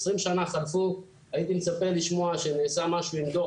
20 שנה חלפו, הייתי מצפה לשמוע שנעשה משהו עם דוח.